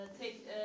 take